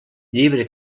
llibre